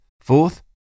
Fourth